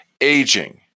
aging